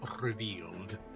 revealed